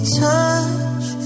touch